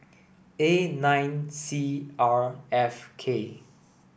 A nine C R F K